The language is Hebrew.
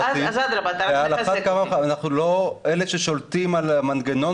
ועל אחת כמה וכמה אנחנו לא אלה ששולטים על המנגנון